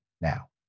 now